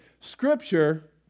Scripture